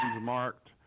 marked